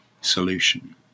solution